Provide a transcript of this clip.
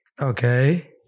Okay